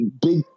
big